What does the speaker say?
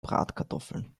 bratkartoffeln